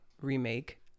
remake